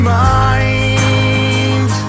mind